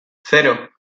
cero